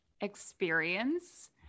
experience